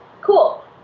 Cool